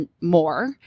more